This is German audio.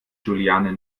juliane